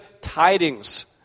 tidings